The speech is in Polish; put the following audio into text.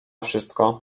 wszystko